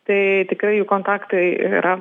tai tikrai jų kontaktai yra